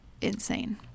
insane